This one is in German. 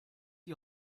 die